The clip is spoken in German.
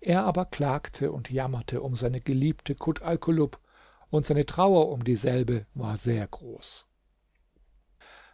er aber klagte und jammerte um seine geliebte kut alkulub und seine trauer um dieselbe war sehr groß